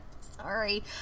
Sorry